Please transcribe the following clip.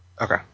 Okay